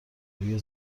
روی